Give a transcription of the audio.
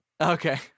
Okay